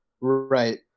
Right